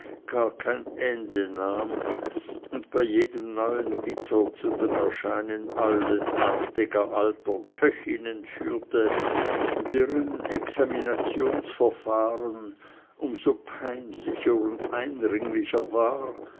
ende nahm und bei jedem neuen gitter zu dem erscheinen eulenartiger alter köchinnen führte deren examinationsverfahren um so peinlicher und eindringlicher war